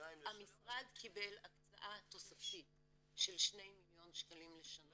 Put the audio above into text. המשרד קיבל הקצאה תוספתית של שני מיליון שקלים לשנה.